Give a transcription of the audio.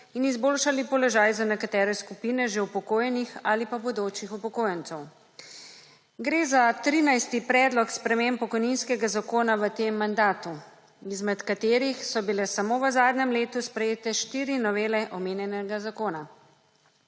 in izboljšali položaj za nekatere skupine že upokojenih ali bodočih upokojencev. Gre za trinajsti predlog sprememb pokojninskega zakona v tem mandatu izmed katerih so bile samo v zadnjem letu sprejete štiri novele omenjenega zakona.